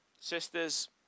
sisters